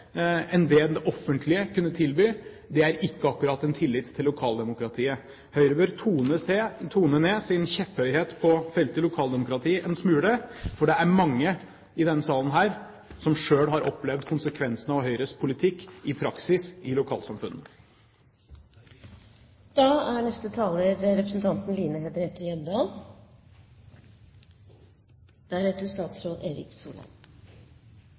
enn hva det offentlige kunne tilby, vitner ikke akkurat om tillit til lokaldemokratiet. Høyre bør tone ned sin kjepphøyhet på feltet lokaldemokrati en smule. For det er mange i denne salen som selv har opplevd konsekvensen av Høyres politikk i praksis i lokalsamfunn. Motorferdsel i utmark er